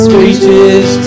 reaches